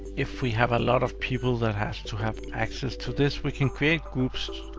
if we have a lot of people that has to have access to this, we can create groups